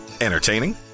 Entertaining